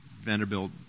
Vanderbilt